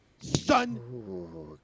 son